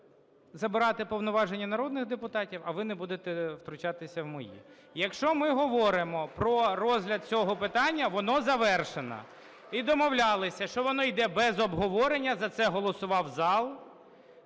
забирати повноваження народних депутатів, а ви не будете втручатися в мої. Якщо ми говоримо про розгляд цього питання, воно завершено. І домовлялися, що воно іде без обговорення, за це голосував зал,